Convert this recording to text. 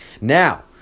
Now